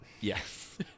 Yes